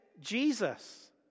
Jesus